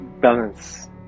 balance